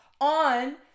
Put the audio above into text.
on